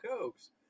Cokes